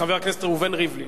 חבר הכנסת ראובן ריבלין,